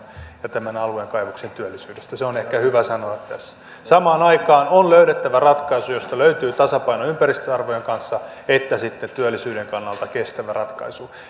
ja tämän alueen kaivoksen työllisyydestä se on ehkä hyvä sanoa tässä samaan aikaan on löydettävä ratkaisu josta löytyy tasapaino ympäristöarvojen kanssa sekä sitten työllisyyden kannalta kestävä ratkaisu